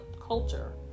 culture